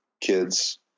kids